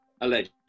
alleged